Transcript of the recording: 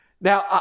Now